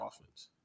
offense